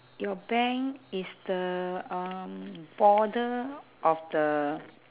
your bank is the um border of the